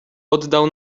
oddał